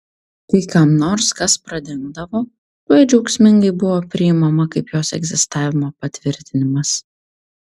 kai kam nors kas pradingdavo tuoj džiaugsmingai buvo priimama kaip jos egzistavimo patvirtinimas